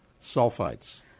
Sulfites